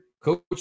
Coach